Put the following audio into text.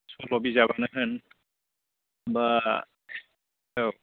सल' बिजाबानो होन बा औ